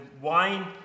wine